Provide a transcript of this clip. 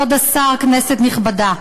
רבותי, אנחנו ממשיכים בסדר-היום: